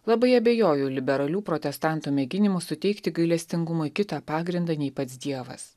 labai abejoju liberalių protestantų mėginimu suteikti gailestingumui kitą pagrindą nei pats dievas